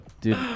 Dude